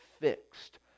fixed